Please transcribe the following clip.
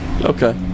Okay